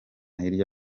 hirya